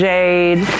Jade